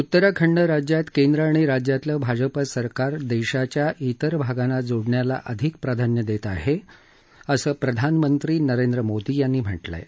उत्तराखंड राज्यात केंद्र आणि राज्यातलं भाजपा सरकार देशाच्या अन्य भागांना जोडण्याला अधिक प्राधान्य देत आहे असं प्रधानमंत्री नरेंद्र मोदी यांनी म्हटलं आहे